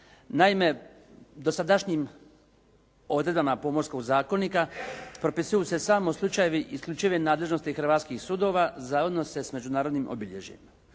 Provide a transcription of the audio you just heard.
Naime, dosadašnjim odredbama Pomorskog zakonika propisuju se samo u slučajevi isključive nadležnosti hrvatskih sudova za odnose s međunarodnim obilježjima.